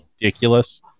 ridiculous